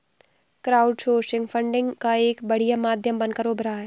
crowdsourcing funding का एक बढ़िया माध्यम बनकर उभरा है